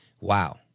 wow